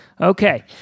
Okay